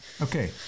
Okay